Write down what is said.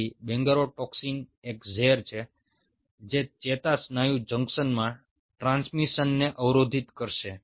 તેથી બંગરોટોક્સિન એક ઝેર છે જે ચેતાસ્નાયુ જંકશનમાં ટ્રાન્સમિશનને અવરોધિત કરશે